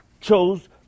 chose